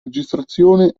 registrazione